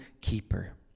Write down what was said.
keeper